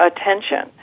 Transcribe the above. attention